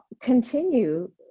continue